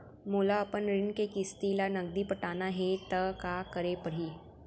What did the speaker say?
मोला अपन ऋण के किसती ला नगदी पटाना हे ता का करे पड़ही?